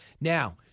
Now